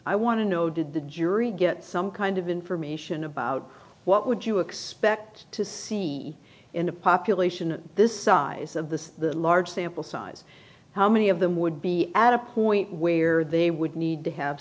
i want to know did the jury get some kind of information about what would you expect to see in a population of this size of the large sample size how many of them would be at a point where they would need to have